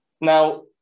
Now